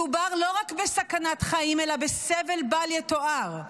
מדובר לא רק בסכנת חיים אלא בסבל בל יתואר.